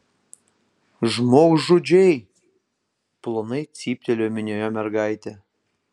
žmogžudžiai plonai cyptelėjo minioje mergiotė